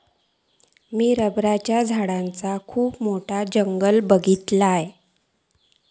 मी रबराच्या झाडांचा खुप मोठा जंगल बघीतलय